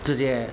直接